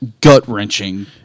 gut-wrenching